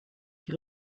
die